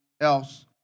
else